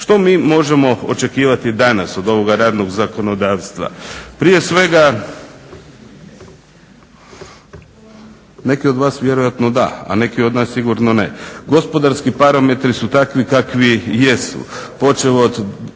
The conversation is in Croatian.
Što mi možemo očekivati danas od ovoga radnog zakonodavstva? Prije svega neki od vas vjerojatno da, a neki od nas sigurno ne. Gospodarski parametri su takvi kakvi jesu